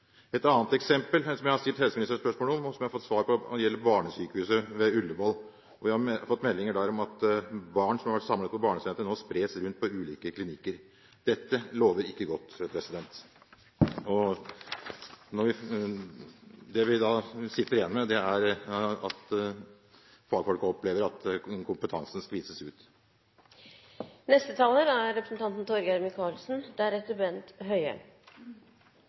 Et annet eksempel, som jeg også har stilt helseministeren spørsmål om, og som jeg har fått svar på, gjelder barnesykehuset ved Ullevål. Vi har fått meldinger om at barn, som har vært samlet på barnesenteret, nå spres rundt på ulike klinikker. Dette lover ikke godt. Det vi da sitter igjen med, er at fagfolkene opplever at kompetansen skvises ut.